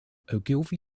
ogilvy